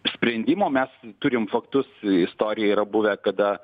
sprendimo mes turim faktus istorijoj yra buvę kada